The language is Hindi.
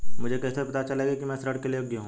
मुझे कैसे पता चलेगा कि मैं ऋण के लिए योग्य हूँ?